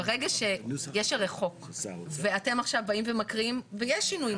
הרי יש חוק ואתם עכשיו באים ומקריאים ויש שינויים.